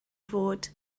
fod